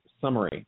summary